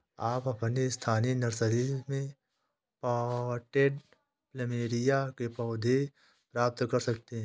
आप अपनी स्थानीय नर्सरी में पॉटेड प्लमेरिया के पौधे प्राप्त कर सकते है